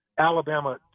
Alabama